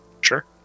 Sure